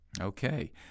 Okay